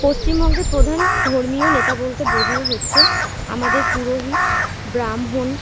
পশ্চিমবঙ্গের প্রধান ধর্মীয় নেতা বলতে বোঝাই হচ্ছে আমাদের পুরোহিত ব্রাহ্মণ